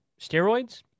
steroids—